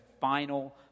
final